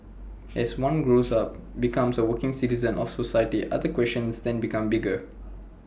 as one grows up becomes A working citizen of society other questions then become bigger